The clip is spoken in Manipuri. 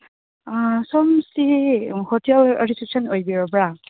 ꯁꯣꯝꯁꯤ ꯍꯣꯇꯦꯜ ꯔꯤꯁꯦꯞꯁꯟ ꯑꯣꯏꯕꯤꯔꯕ꯭ꯔꯥ